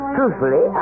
Truthfully